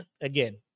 Again